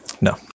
No